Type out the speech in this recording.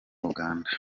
uganda